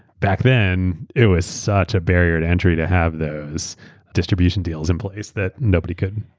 back then, it was such a barrier to entry to have those distribution deals in place that nobody could.